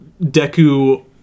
Deku